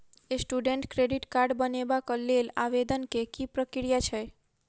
Student credit card बनेबाक लेल आवेदन केँ की प्रक्रिया छै?